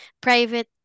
private